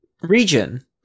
region